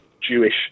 Jewish